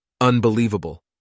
Unbelievable